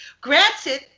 granted